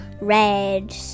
red